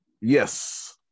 Yes